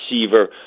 receiver